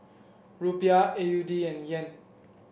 Rupiah A U D and Yen